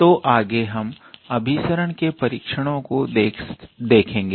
तो आगे हम अभिसरण के परीक्षणों को देखेंगे